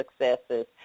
successes